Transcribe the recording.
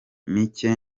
mike